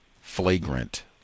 flagrant